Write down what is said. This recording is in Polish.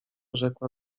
rzekła